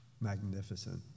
magnificent